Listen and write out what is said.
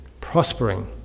prospering